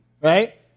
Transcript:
right